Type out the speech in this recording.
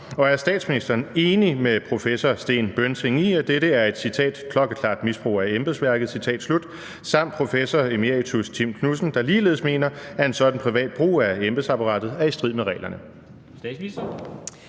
og er statsministeren enig med professor Sten Bønsing i, at dette er et »klokkeklart misbrug af embedsværket«, samt professor emeritus Tim Knudsen, der ligeledes mener, en sådan privat brug af embedsapparatet er i strid med reglerne?